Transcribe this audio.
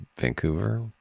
Vancouver